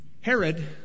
Herod